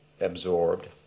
absorbed